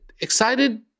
Excited